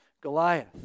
Goliath